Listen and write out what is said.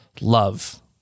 love